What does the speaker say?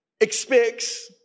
expects